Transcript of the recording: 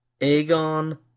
Aegon